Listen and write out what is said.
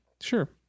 Sure